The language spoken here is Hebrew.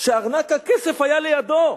שארנק הכסף היה לידו.